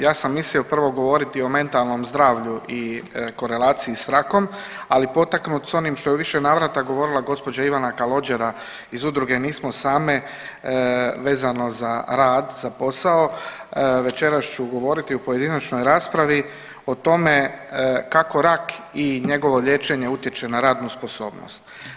Ja sam mislio prvo govoriti o mentalnom zdravlju i korelaciji s rakom, ali potaknut s onim što je u više navrata govorila gđa. Ivana Kalogjera iz udruge „Nismo same“ vezano za rad, za posao, večeras ću govoriti u pojedinačnoj raspravi o tome kako rak i njegovo liječenje utječe na radnu sposobnost.